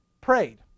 prayed